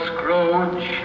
Scrooge